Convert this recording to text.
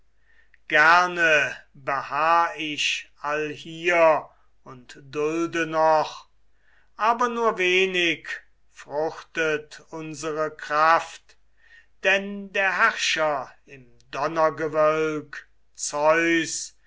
gerne beharr ich allhier und dulde noch aber nur wenig fruchtet unsere kraft denn der herrscher im donnergewölk zeus